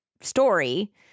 story